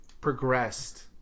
progressed